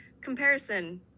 comparison